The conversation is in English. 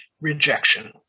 rejection